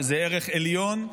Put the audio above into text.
שזה ערך עליון,